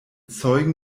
zeugen